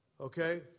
Okay